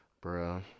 bro